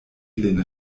lin